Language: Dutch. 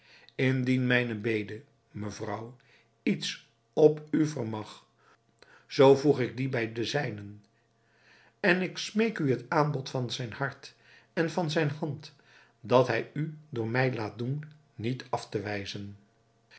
indien mijne bede mevrouw iets op u vermag zoo voeg ik die bij de zijnen en ik smeek u het aanbod van zijn hart en van zijne hand dat hij u door mij laat doen niet af te wijzen